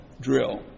drill